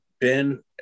Ben